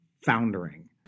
foundering